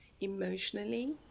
emotionally